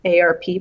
ARP